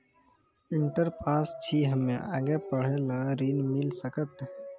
Inter pass छी हम्मे आगे पढ़े ला ऋण मिल सकत?